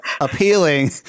appealing